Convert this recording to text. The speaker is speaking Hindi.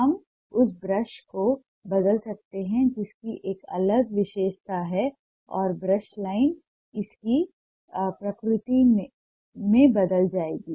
हम उस ब्रश को बदल सकते हैं जिसकी एक अलग विशेषता है और ब्रश लाइन इसकी प्रकृति में बदल जाएगी